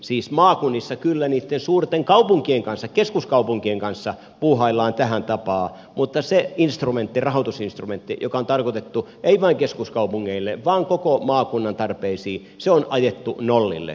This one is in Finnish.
siis maakunnissa kyllä niitten suurten kaupunkien kanssa keskuskaupunkien kanssa puuhaillaan tähän tapaan mutta se rahoitusinstrumentti joka on tarkoitettu ei vain keskuskaupungeille vaan koko maakunnan tarpeisiin on ajettu nollille